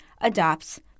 adopts